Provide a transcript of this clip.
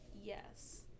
Yes